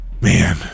man